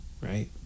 right